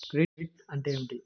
Credit అంటే ఏమిటి?